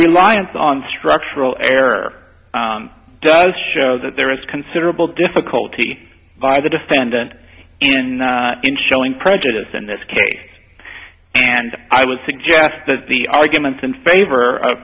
reliance on structural error does show that there is considerable difficulty by the defendant in in showing prejudice in this case and i would suggest that the arguments in favor of